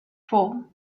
four